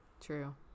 True